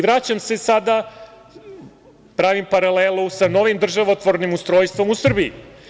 Vraćam se sada, pravim paralelu sa novim državotvornim ustrojstvom u Srbiji.